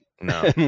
No